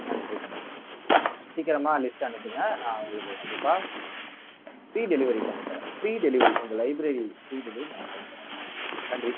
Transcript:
நன்றிங்கம்மா சீக்கிரமாக லிஸ்ட்டு அனுப்புங்கள் நான் உங்களுக்கு கண்டிப்பாக ஃப்ரீ டெலிவெரி பண்ணித் தரேன் ஃப்ரீ டெலிவெரி உங்கள் லைப்ரரி ஃப்ரீ டெலிவெரி நாங்கள் பண்ணி தரோம்மா நன்றி